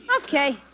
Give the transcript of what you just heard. Okay